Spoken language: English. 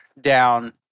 down